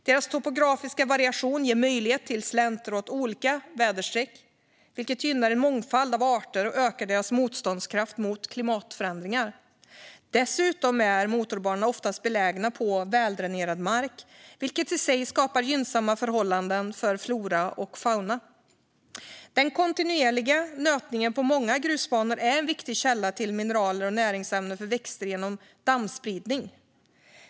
Deras topografiska variation ger möjlighet till slänter åt olika väderstreck, vilket gynnar en mångfald av arter och ökar deras motståndskraft mot klimatförändringar. Dessutom är motorbanorna oftast belägna på väldränerad mark, vilket i sig skapar gynnsamma förhållanden för flora och fauna. Den kontinuerliga nötningen på många grusbanor är en viktig källa till mineraler och näringsämnen för växter genom dammspridning.